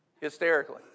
hysterically